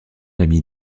ami